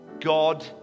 God